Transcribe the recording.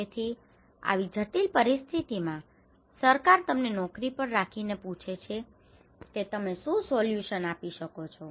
તેથી આવી જટિલ પરિસ્થિતિઓમાં સરકાર તમને નોકરી પર રાખીને પૂછે છે કે તમે શું સોલ્યુશન solution ઉકેલ આપી શકો છો